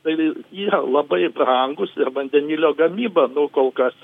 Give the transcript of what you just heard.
tai yra labai brangūs ir vandenilio gamyba nu kol kas